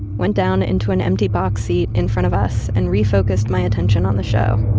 went down into an empty box seat in front of us and refocused my attention on the show